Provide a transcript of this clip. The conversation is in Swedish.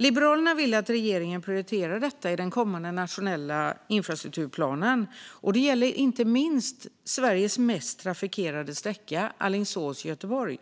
Liberalerna vill att regeringen prioriterar detta i den kommande nationella infrastrukturplanen. Det gäller inte minst Sveriges mest trafikerade sträcka, Alingsås-Göteborg,